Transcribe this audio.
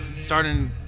starting